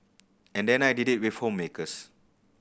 and then I did it with homemakers